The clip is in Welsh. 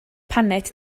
paned